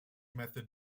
method